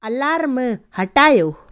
alarm हटायो